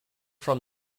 from